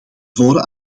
voren